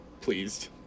pleased